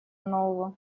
нового